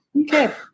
Okay